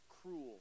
cruel